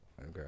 okay